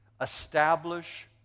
Establish